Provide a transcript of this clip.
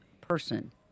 person